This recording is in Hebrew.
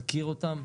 מכיר אותן.